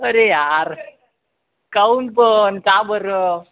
अरे यार काहून पण का बरं